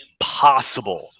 impossible